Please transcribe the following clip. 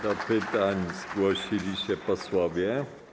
Do pytań zgłosili się posłowie.